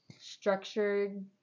structured